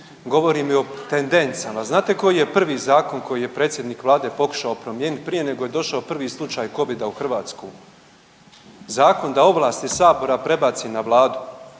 govorim i o tendencama. Znate koji je prvi zakon koji je predsjednik Vlade pokušao promijeniti prije nego je došao prvi slučaj Covida u Hrvatsku? Zakon da ovlasti sabora prebaci na Vladu.